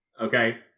Okay